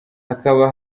hakaba